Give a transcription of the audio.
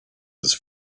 his